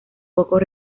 pocos